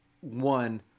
One